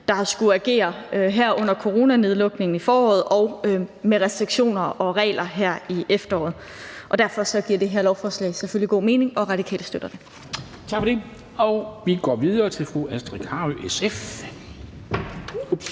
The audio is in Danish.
som har skullet agere her under coronanedlukningen i foråret og med restriktioner og regler her i efteråret. Derfor giver det her lovforslag selvfølgelig god mening, og Radikale støtter det.